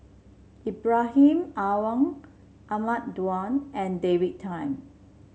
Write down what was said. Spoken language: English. Ibrahim Awang Ahmad Daud and David Tham